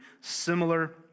similar